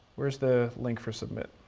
where's the link for submit?